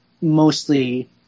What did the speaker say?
mostly